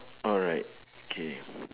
alright okay